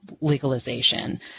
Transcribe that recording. legalization